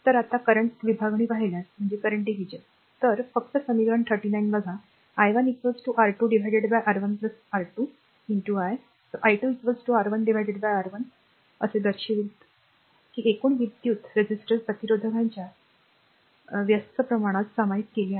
तर आता करंट विभागणी पाहिल्यास तर फक्त ते समीकरण 39 बघा i1 R2 R1 R2 i i2 R1 R1 असे दर्शविते की एकूण विद्युत् i रेझिस्टर्सने प्रतिरोधकांच्या व्यस्त प्रमाणात सामायिक केले आहे